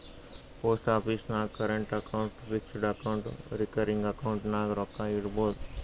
post office ನಾಗ್ current account, fixed account, recurring account ನಾಗ್ ರೊಕ್ಕಾ ಇಡ್ಬೋದ್